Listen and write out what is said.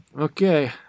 Okay